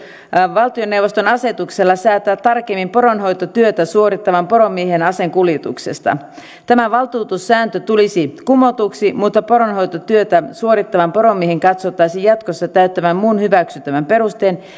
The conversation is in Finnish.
valtioneuvoston asetuksella säätää tarkemmin poronhoitotyötä suorittavan poromiehen aseen kuljetuksesta tämä valtuutussääntö tulisi kumotuksi mutta poronhoitotyötä suorittavan poromiehen katsottaisiin jatkossa täyttävän muun hyväksyttävän perusteen